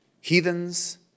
Heathens